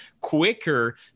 quicker